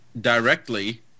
directly